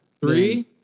Three